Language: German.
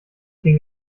ging